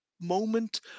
moment